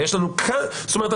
זאת אומרת,